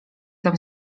tam